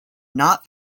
not